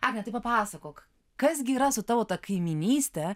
agne tai papasakok kas gi yra su tavo ta kaimynyste